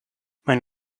mein